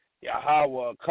Yahweh